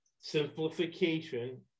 Simplification